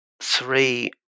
three